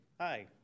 Hi